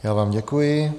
Já vám děkuji.